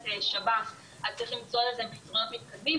שב"ס אז צריך למצוא לזה פתרונות מתקדמים,